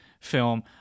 film